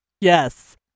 Yes